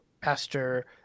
Pastor